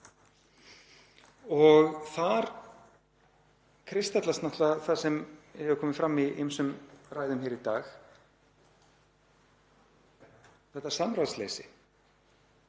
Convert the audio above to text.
Þar kristallast náttúrlega það sem hefur komið fram í ýmsum ræðum í dag, þetta samráðsleysi